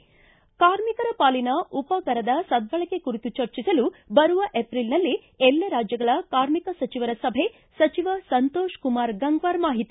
ಿ ಕಾರ್ಮಿಕರ ಪಾಲಿನ ಉಪಕರದ ಸಧ್ದಳಕೆ ಕುರಿತು ಚರ್ಚಿಸಲು ಬರುವ ಏಪ್ರಿಲ್ನಲ್ಲಿ ಎಲ್ಲಾ ರಾಜ್ಯಗಳ ಕಾರ್ಮಿಕ ಸಚಿವರ ಸಭೆ ಸಚಿವ ಸಂತೋಷ್ ಕುಮಾರ್ ಗಂಗ್ವಾರ್ ಮಾಹಿತಿ